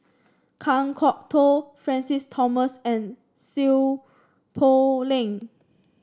Kan Kwok Toh Francis Thomas and Seow Poh Leng